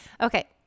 Okay